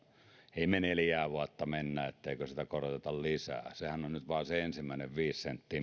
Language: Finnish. emme me neljää vuotta mene etteikö sitä koroteta lisää sehän on nyt vain se ensimmäinen viisi senttiä